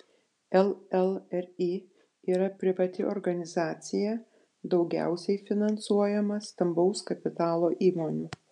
llri yra privati organizacija daugiausiai finansuojama stambaus kapitalo įmonių